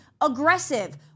aggressive